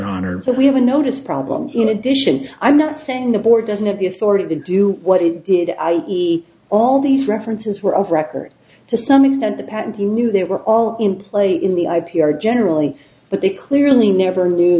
honor that we haven't noticed problems in addition i'm not saying the board doesn't have the authority to do what it did i e all these references were of record to some extent the patentee knew they were all in play in the i p r generally but they clearly never knew